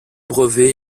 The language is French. brevets